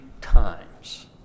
times